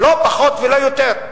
לא פחות ולא יותר.